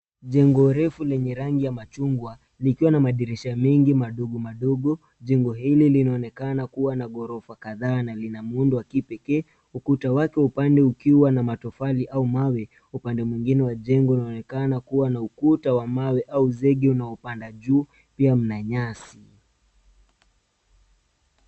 Jengo refu lenye rangi ya machungwa likiwa na madirisha mengi madogo madogo..jengo hili linaonekana kuwa na gorofa kadhaa na lina muundo wa kipekee, ukuta wake upande ukiwa na matofali au mawe upande mwingine wa jengo unaonekana kuwa na ukuta wa mawe au zege unaopanda juu pia mna nyasi.